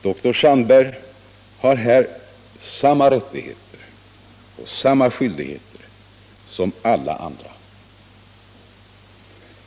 Dr Sandberg har här samma rättigheter och skyldigheter som alla andra.